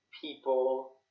people